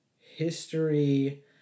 history